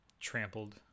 trampled